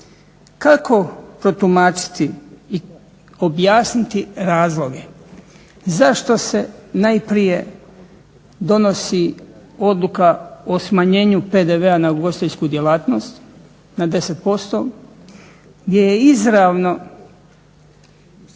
Kako protumačiti i objasniti razloge zašto se najprije donosi odluka o smanjenju PDV-a na ugostiteljsku djelatnost na 10% gdje je izravno